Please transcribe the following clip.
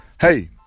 Hey